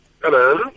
Hello